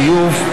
זיוף,